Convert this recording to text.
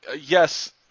Yes